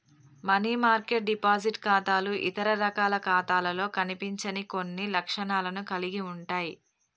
money market deposit ఖాతాలు ఇతర రకాల ఖాతాలలో కనిపించని కొన్ని లక్షణాలను కలిగి ఉంటయ్